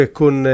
con